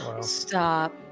stop